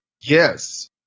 Yes